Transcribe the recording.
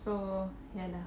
so ya lah